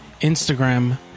Instagram